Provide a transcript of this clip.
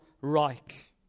right